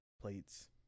plates